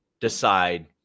decide